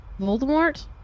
Voldemort